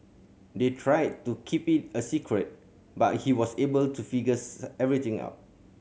they tried to keep it a secret but he was able to figures everything out